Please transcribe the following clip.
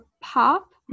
pop